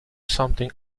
something